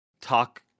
talk